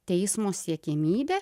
teismo siekiamybė